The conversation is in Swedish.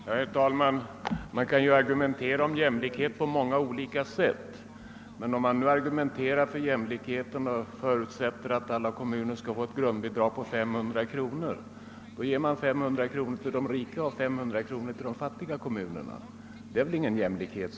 Herr talman! Man kan ju argumentera om jämlikhet på många olika sätt. Men om man nu argumenterar för att alla kommuner skall få ett grundbidrag på 500 kr., så innebär det att man vill ge 500 kr. till de rika kommunerna och 500 kr. till de fattiga kommunerna. Det är väl ingen jämlikhet!